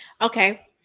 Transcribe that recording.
Okay